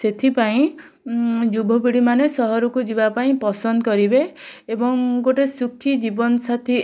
ସେଥିପାଇଁ ଯୁବପିଢ଼ିମାନେ ସହରକୁ ଯିବାପାଇଁ ପସନ୍ଦକରିବେ ଏବଂ ଗୋଟେ ଶୁଖି ଜୀବନସାଥୀ